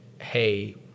hey